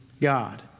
God